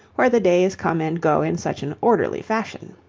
where the days come and go in such an ordinary fashion.